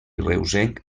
reusenc